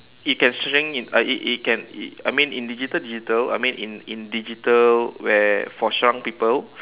it can shrink in uh it it can it I mean in digital digital I mean in in digital where for shrunk people